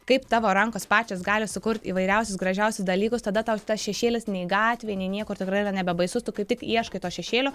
kaip tavo rankos pačios gali sukurt įvairiausius gražiausius dalykus tada tau tas šešėlis nei gatvėj nei niekur tikrai yra nebebaisus tu kaip tik ieškai to šešėlio